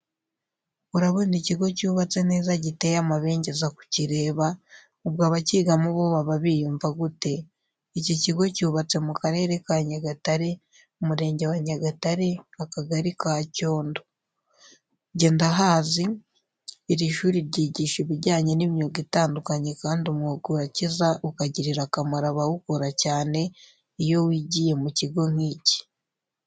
Urabona ikigo cyubatse neza giteye amabengeza kukireba, ubwo abakigamo bo baba biyumva gute? Iki kigo cyubatse mu Karere ka Nyagatare, Umurenge wa Nyagatare, Akagari ka Cyondo. Nge ndahazi, iri shuri ryigisha ibijyanye n'imyuga itandukanye kandi umwuga urakiza ukagirira akamaro abawukora cyane iyo wigiye mu kigo nk'iki.